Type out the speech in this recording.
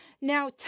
Now